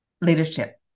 leadership